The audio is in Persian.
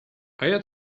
آیا